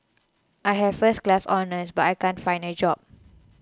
I have first class honours but I can't find a job